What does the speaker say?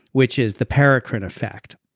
which is the paracrine effect